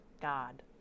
God